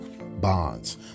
bonds